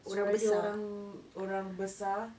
suara dia orang orang besar